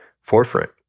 forefront